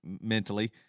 mentally